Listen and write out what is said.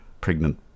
pregnant